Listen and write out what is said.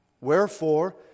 Wherefore